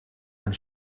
and